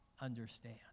understand